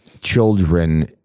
children